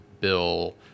Bill